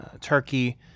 turkey